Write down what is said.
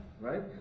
right